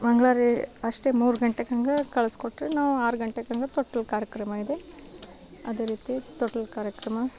ಮಂಗ್ಳಾರ ರೀ ಅಷ್ಟೇ ಮೂರು ಗಂಟೆಗೆ ಹಂಗೆ ಕಳಸ್ಕೊಟ್ರೆ ನಾವು ಆರು ಗಂಟೆಗೆ ಹಂಗೆ ತೊಟ್ಟಿಲು ಕಾರ್ಯಕ್ರಮ ಇದೆ ಅದೇ ರೀತಿ ತೊಟ್ಟಿಲು ಕಾರ್ಯಕ್ರಮ